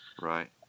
Right